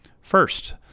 First